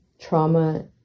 trauma